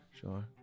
sure